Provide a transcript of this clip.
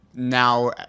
Now